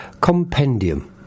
Compendium